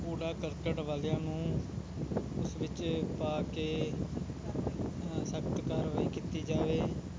ਕੂੜਾ ਕਰਕਟ ਵਾਲਿਆਂ ਨੂੰ ਉਸ ਵਿੱਚ ਪਾ ਕੇ ਅ ਸਖ਼ਤ ਕਾਰਵਾਈ ਕੀਤੀ ਜਾਵੇ